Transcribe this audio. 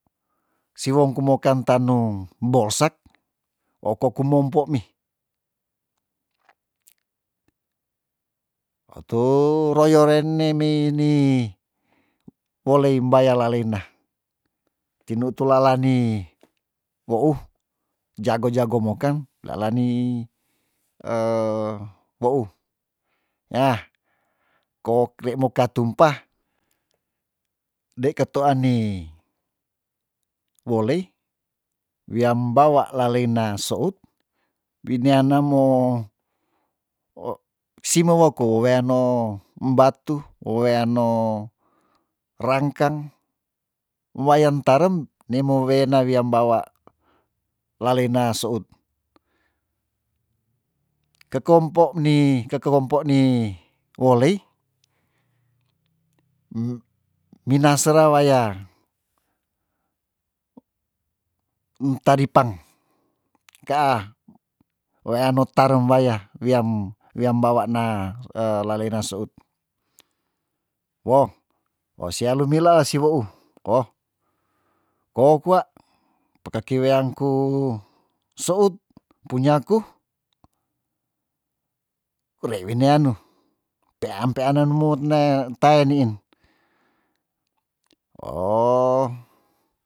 Siwong kumokan tanum bolsak oko kumompo mi otu royo rene mei ni wolei mbaya laleina tinu tula lani wou jago jago mokan lelanii wou yah ko kere mo ka tumpah dei ketu ani wolei wiam bawa laleina sout wini anamo simeweko weweano mbatu weweano rangkang wayan tarem ndei mo wena wiam bawa laleina sout kekompo mni kekompo ni wolei mina sera waya ntaripang kaa weano tareng waya wiam wiam bawa n laleina seut wo wo sia lumila la si weu oh kou kwa pekeki weangku seut punyaku rei wini anu peam peananemut ne tae nein oh